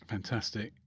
Fantastic